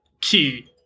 key